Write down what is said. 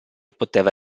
poteva